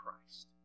Christ